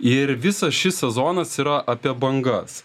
ir visas šis sezonas yra apie bangas